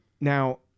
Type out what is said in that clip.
Now